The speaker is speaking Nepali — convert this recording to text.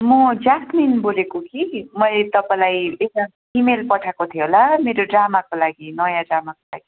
म ज्यास्मिन बोलेको कि मैले तपाईँलाई इमेल पठाएको थिएँ होला मेरो ड्रामाको लागि नयाँ ड्रामाको लागि